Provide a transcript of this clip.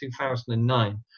2009